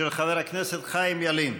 של חבר הכנסת חיים ילין.